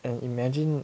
and imagine